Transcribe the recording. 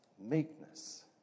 meekness